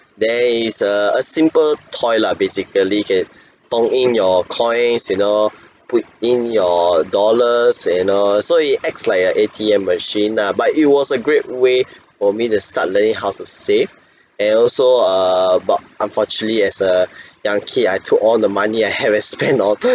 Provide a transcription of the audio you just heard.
that is a a simple toy lah basically can tong in your coins you know put in your dollars and know so it acts like a A_T_M machine ah but it was a great way for me to start learning how to save and also err but unfortunately as a young kid I took all the money I have I spend all